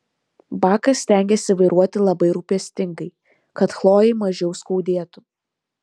bakas stengėsi vairuoti labai rūpestingai kad chlojei mažiau skaudėtų